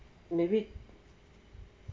maybe